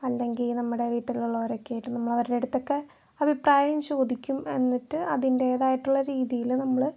അല്ലെങ്കിൽ നമ്മുടെ വീട്ടിലുള്ളവരൊക്കേയിട്ട് നമ്മളവരുടെടുത്തക്കെ അഭിപ്രായം ചോദിക്കും എന്നിട്ട് അതിൻറ്റേതായിട്ടുള്ള രീതീല് നമ്മള്